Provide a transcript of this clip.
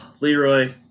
Leroy